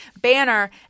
banner